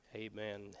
Amen